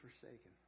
forsaken